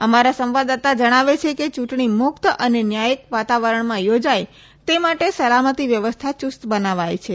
અમારા સંવાદદાતા જણાવે છે કે ચૂંટણી મુક્ત અને ન્યાય વાતાવરણમાં યોજાય તે માટે સલામતી વ્યવસ્થા યુસ્ત બનાવાઈ છે